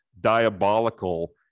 diabolical